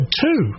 two